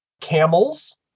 camels